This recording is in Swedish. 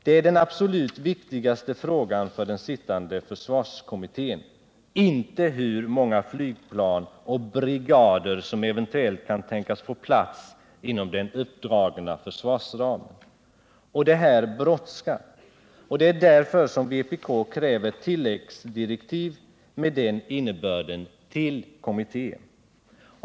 Det är den absolut viktigaste frågan för den sittande försvarskommittén, inte hur många flygplan och brigader som eventuellt kan tänkas få plats inom den uppdragna försvarsramen. Det är därför vpk kräver tilläggsdirektiv med den innebörden till kommittén.